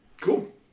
Cool